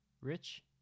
rich